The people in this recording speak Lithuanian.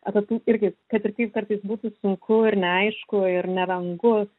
apie tai irgi kad ir kaip kartais būtų sunku ir neaišku ir nerangu